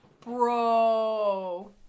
Bro